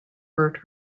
hurt